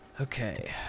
Okay